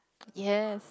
yes